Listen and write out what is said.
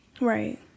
Right